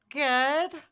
good